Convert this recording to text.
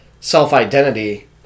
self-identity